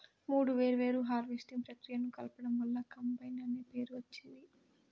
మూడు వేర్వేరు హార్వెస్టింగ్ ప్రక్రియలను కలపడం వల్ల కంబైన్ అనే పేరు వచ్చింది